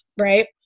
right